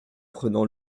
prenant